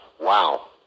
Wow